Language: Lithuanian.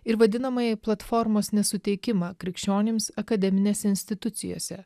ir vadinamąjį platformos nesuteikimą krikščionims akademinėse institucijose